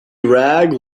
rag